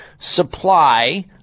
supply